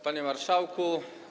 Panie Marszałku!